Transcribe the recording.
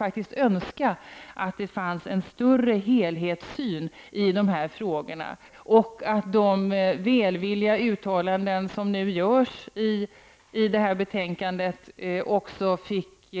Jag önskar att det fanns en större helhetssyn och att de välvilliga uttalanden som nu görs i detta betänkande också fick